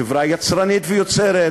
חברה יצרנית ויוצרת,